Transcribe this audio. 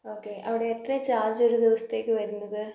okay അവിടെ എത്രയാണ് charge ഒരു ദിവസത്തേക്ക് വരുന്നത്